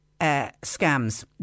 scams